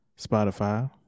Spotify